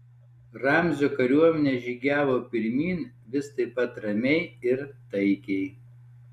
ramzio kariuomenė žygiavo pirmyn vis taip pat ramiai ir taikiai